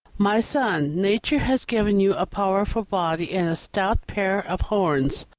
my son, nature has given you a powerful body and a stout pair of horns,